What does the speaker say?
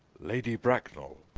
lady bracknell!